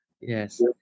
Yes